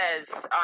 says